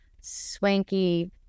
swanky